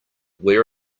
where